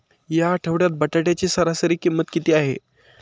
या आठवड्यात बटाट्याची सरासरी किंमत किती आहे?